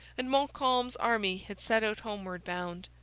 and montcalm's army had set out homeward bound.